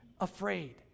afraid